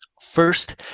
First